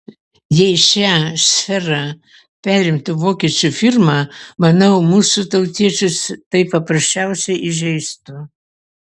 jei šią sferą perimtų vokiečių firma manau mūsų tautiečius tai paprasčiausiai įžeistų